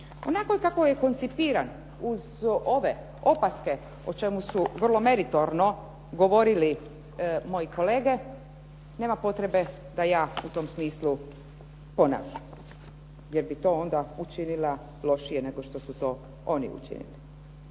Onako kako je koncipiran uz ove opaske o čemu su vrlo meritorno govorili moji kolege nema potrebe da ja u tom smislu ponavljam jer bi to onda učinila lošije nego što su to oni učinili.